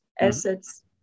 assets